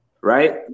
Right